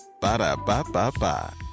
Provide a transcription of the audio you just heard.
Ba-da-ba-ba-ba